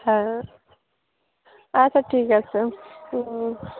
হ্যাঁ আচ্ছা ঠিক আছে